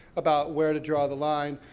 about where to draw the line.